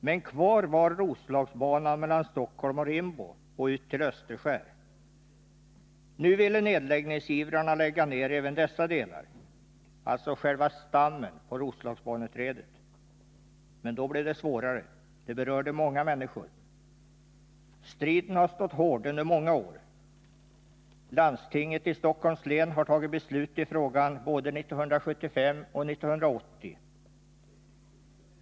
Men kvar var Roslagsbanan mellan Stockholm och Rimbo och ut till Österskär. Nu ville nedläggningsivrarna lägga ner även dessa delar, alltså själva stammen på Roslagsbaneträdet. Men då blev det svårare. Det berörde många människor. Striden har stått hård under många år. Landstinget i Stockholms län har fattat beslut i frågan både 1975 och 1980.